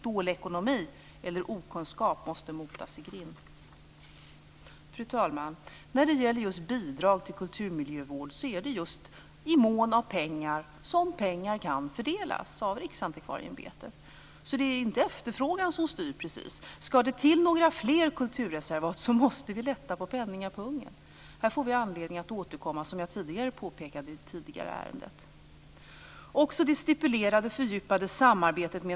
Dålig ekonomi eller okunskap måste motas i grind. Fru talman! När det gäller bidrag till kulturmiljövård är det just i mån av pengar som pengar kan fördelas av Riksantikvarieämbetet. Det är inte efterfrågan som styr, precis. Ska det till några fler kulturreservat måste vi lätta på penningapungen. Här får vi anledning att återkomma, som jag tidigare påpekade i det förra ärendet.